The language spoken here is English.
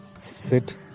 sit